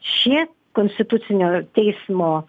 šie konstitucinio teismo